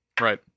Right